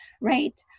right